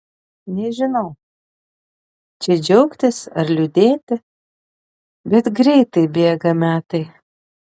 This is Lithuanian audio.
nežinau čia džiaugtis ar liūdėti bet greitai bėga metai